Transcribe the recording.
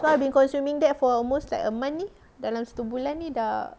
so I've been consuming that for almost like a month ni dalam satu bulan ni dah